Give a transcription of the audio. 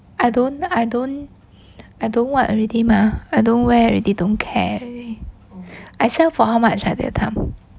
I don't I don't I don't what already mah I don't wear already don't care already I sell for how much ah that time